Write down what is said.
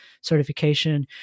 Certification